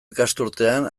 ikasturtean